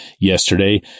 yesterday